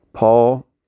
Paul